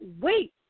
wait